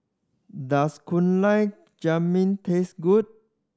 does Gulab Jamun taste good